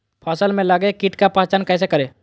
फ़सल में लगे किट का पहचान कैसे करे?